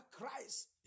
Christ